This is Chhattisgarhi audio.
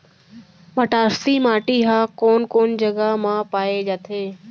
मटासी माटी हा कोन कोन जगह मा पाये जाथे?